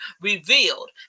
revealed